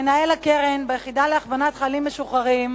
מנהל הקרן ביחידה להכוונת חיילים משוחררים,